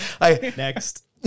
next